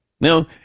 Now